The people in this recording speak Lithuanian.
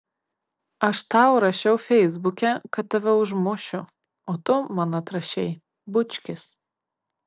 aš tau rašiau feisbuke kad tave užmušiu o tu man atrašei bučkis